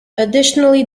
additionally